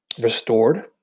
restored